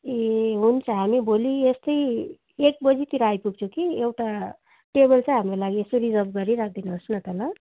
ए हुन्छ हामी भोलि यस्तो एक बजीतिर आइपुग्छौँ कि एउटा टेबल चाहिँ हाम्रो लागि यसो रिजर्भ गरिराखि दिनु होस् न त ल